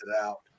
out